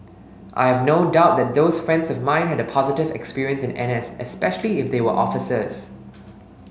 I have no doubt that those friends of mine had a positive experience in NS especially if they were officers